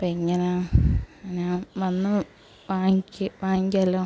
അപ്പം എങ്ങനെയാണ് ഞാൻ വന്നു വാങ്ങിക്കാം വാങ്ങിക്കാലോ